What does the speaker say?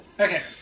Okay